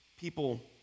people